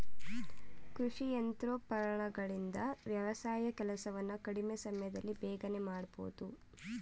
ಕೃಷಿ ಯಂತ್ರೋಪಕರಣಗಳಿಂದ ವ್ಯವಸಾಯದ ಕೆಲಸಗಳನ್ನು ಕಡಿಮೆ ಸಮಯದಲ್ಲಿ ಬೇಗನೆ ಮಾಡಬೋದು